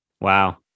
Wow